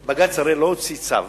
אדוני היושב-ראש, בג"ץ הרי לא הוציא צו.